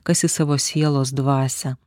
kas į savo sielos dvasią